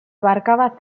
abarcaba